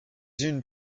unes